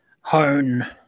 hone